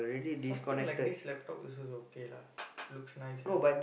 something like this laptop is also okay lah looks nice ya